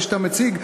כפי שאתה מציג,